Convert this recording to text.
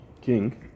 king